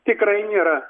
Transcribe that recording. tikrai nėra